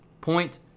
Point